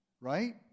right